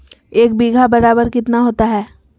एक बीघा बराबर कितना होता है?